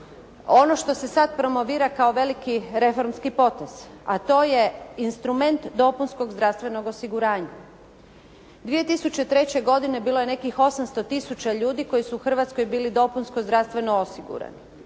ono što se sad promovira kao veliki reformski potez, a to je instrument dopunskog zdravstvenog osiguranja. 2003. godine bilo je nekih 800 tisuća ljudi koji su u Hrvatskoj bili dopunsko zdravstveno osigurani.